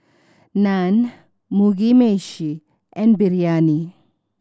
Naan Mugi Meshi and Biryani